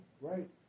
right